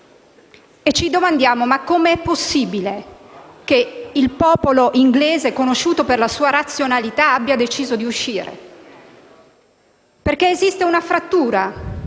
Ci domandiamo: «Com'è possibile che il popolo britannico, conosciuto per la sua razionalità, abbia deciso di uscire?». Perché esiste una frattura;